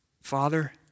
Father